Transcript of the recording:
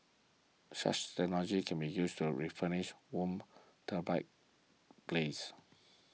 such technology can be used to refurbish worn turbine blades